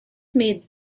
made